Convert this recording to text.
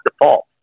default